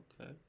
Okay